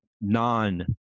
non